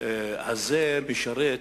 הזה משרת,